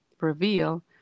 reveal